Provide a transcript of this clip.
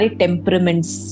temperaments